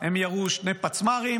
הם ירו שני פצמ"רים,